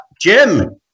Jim